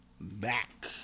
back